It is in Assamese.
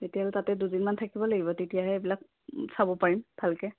তেতিয়াহ'লে তাতে দুদিনমান থাকিব লাগিব তেতিয়াহে এইবিলাক চাব পাৰিম ভালকৈ